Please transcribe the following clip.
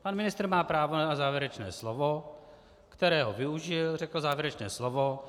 Pan ministr má právo na závěrečné slovo, kterého využil, řekl závěrečné slovo.